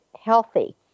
healthy